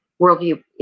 worldview